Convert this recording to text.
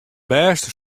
bêste